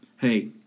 Hey